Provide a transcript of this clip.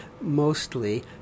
Mostly